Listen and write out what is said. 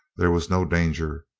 there was no danger,